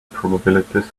probabilities